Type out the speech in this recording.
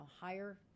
higher